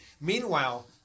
Meanwhile